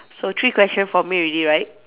so three question for me already right